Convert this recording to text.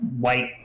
white